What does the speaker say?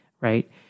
right